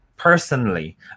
Personally